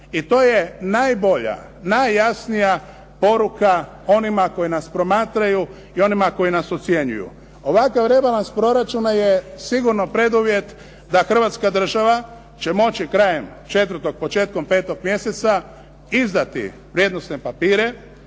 I to je najbolja, najjasnija poruka onima koji nas promatraju i onima koji nas ocjenjuju. Ovakav rebalans proračuna je sigurno preduvjet da Hrvatska država će moći krajem četvrtog, početkom 5 mjeseca izdati vrijednosne papire.